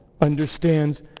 understands